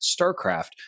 StarCraft